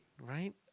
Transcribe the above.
right